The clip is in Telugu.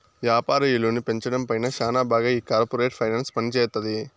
యాపార విలువను పెంచడం పైన శ్యానా బాగా ఈ కార్పోరేట్ ఫైనాన్స్ పనిజేత్తది